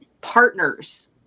partners